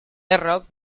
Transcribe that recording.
errok